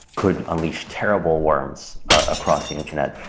could unleash terrible worms across the internet.